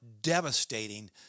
devastating